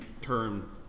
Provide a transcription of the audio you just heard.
term